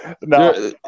No